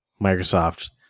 Microsoft